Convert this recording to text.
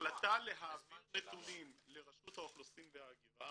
ההחלטה להעביר נתונים לרשות האוכלוסין וההגירה